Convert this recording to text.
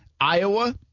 Iowa